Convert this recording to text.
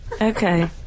Okay